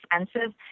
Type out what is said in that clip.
expensive